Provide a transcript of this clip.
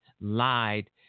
lied